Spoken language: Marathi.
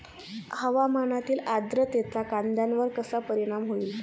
हवामानातील आर्द्रतेचा कांद्यावर कसा परिणाम होईल?